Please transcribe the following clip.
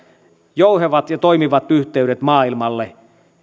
jouhevat ja toimivat yhteydet maailmalle